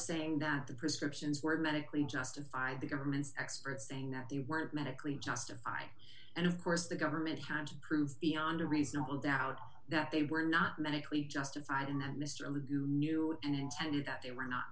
saying that the prescriptions were medically justify the government's experts saying that they weren't medically justify and of course the government had to prove beyond a reasonable doubt that they were not medically justified and that mr libby knew and intended that they were not